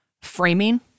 framing